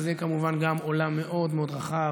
גם זה כמובן עולם מאוד מאוד רחב.